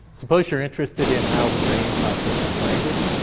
suppose you're interested in how the brain processes language,